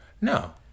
No